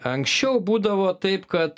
anksčiau būdavo taip kad